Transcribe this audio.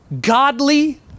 godly